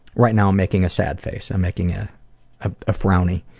right now i'm making a sad face. i'm making a ah a frownie.